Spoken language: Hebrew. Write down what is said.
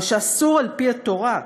מה שאסור על-פי התורה.